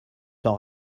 t’en